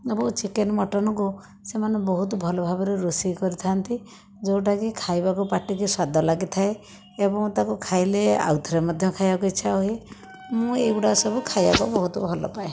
ଏବଂ ଚିକେନ୍ ମଟନ୍କୁ ସେମାନେ ବହୁତ ଭଲ ଭାବରେ ରୋଷେଇ କରିଥାନ୍ତି ଯେଉଁଟା କି ଖାଇବାକୁ ପାଟିକି ସ୍ୱାଦ ଲାଗି ଥାଏ ଏବଂ ତାକୁ ଖାଇଲେ ଆଉଥରେ ମଧ୍ୟ ଖାଇବାକୁ ଇଚ୍ଛା ହୁଏ ମୁଁ ଏଇଗୁଡ଼ା ସବୁ ଖାଇବାକୁ ବହୁତ ଭଲ ପାଏ